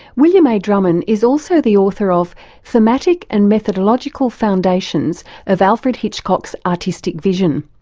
william a. drumin is also the author of thematic and methodological foundations of alfred hitchcock's artistic vision.